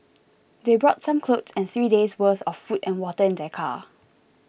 they brought some clothes and three days' worth of food and water in their car